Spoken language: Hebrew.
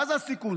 מה הסיכון?